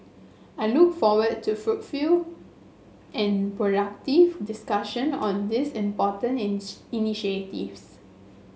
I look forward to fruitful and productive discussion on these important ins initiatives